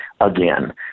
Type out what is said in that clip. again